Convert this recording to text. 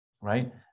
right